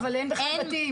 אבל אין בכלל בתים.